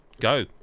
Go